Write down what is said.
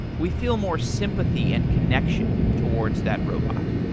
we feel more sympathy and connection towards that robot.